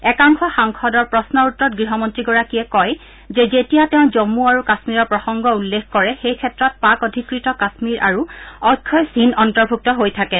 একাংশ সাংসদৰ প্ৰশ্নৰ উত্তৰত গৃহ মন্ত্ৰীগৰাকীয়ে কয় যে যেতিয়া তেওঁ জম্মু আৰু কাশ্মীৰৰ প্ৰসংগ উল্লেখ কৰে সেই ক্ষেত্ৰত পাক্ অধীকৃত কাশ্মীৰ আৰু অক্ষয় চিন অন্তৰ্ভুক্ত হৈ থাকে